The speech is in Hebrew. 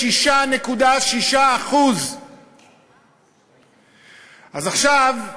36.6%. אז עכשיו,